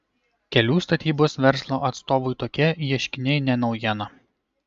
kelių statybos verslo atstovui tokie ieškiniai ne naujiena